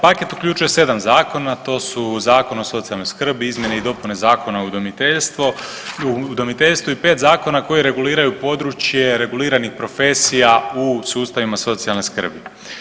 Paket uključuje 7 zakona to su, Zakon o socijalnoj skrbi, izmjene i dopune Zakona o udomiteljstvu i 5 zakona koji reguliraju područje reguliranih profesija u sustavima socijalne skrbi.